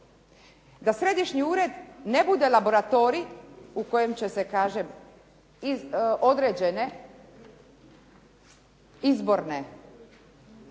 da Središnji ured ne bude laboratorij u kojem će se kažem iz određene izborne